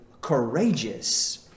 courageous